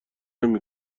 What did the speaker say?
نمی